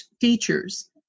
features